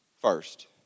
first